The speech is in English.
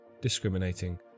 discriminating